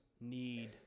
need